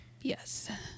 Yes